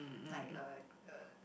like uh uh